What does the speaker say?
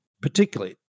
particularly